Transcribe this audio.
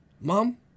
mom